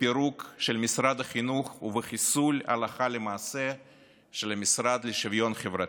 בפירוק משרד החינוך ובחיסול הלכה למעשה של המשרד לשוויון חברתי,